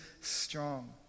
strong